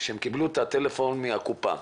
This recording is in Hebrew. שהם קיבלו את הטלפון מהקופה,